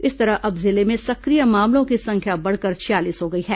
इस तरह अब जिले में सक्रिय मामलों की संख्या बढ़कर छियालीस हो गई है